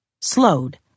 Slowed